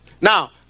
Now